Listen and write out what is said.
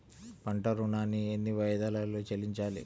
పంట ఋణాన్ని ఎన్ని వాయిదాలలో చెల్లించాలి?